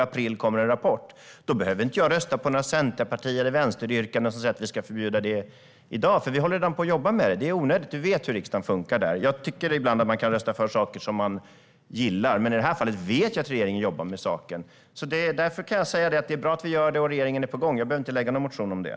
I april kommer en rapport. Därför behöver jag inte rösta på något förslag från Centerpartiet eller Vänstern som säger att vi ska förbjuda detta i dag, för vi håller redan på att jobba med det. Det är onödigt. Du vet hur riksdagen funkar där, Hanif Bali. Jag tycker att man ibland kan rösta för saker som man gillar, men i det här fallet vet jag att regeringen jobbar med saken. Därför kan jag säga att det är bra att vi gör detta, och regeringen är på gång. Jag behöver inte väcka någon motion om det.